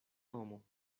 nomo